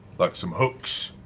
like some hooks,